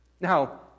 Now